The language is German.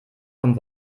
vom